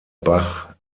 bach